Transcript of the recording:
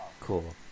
cool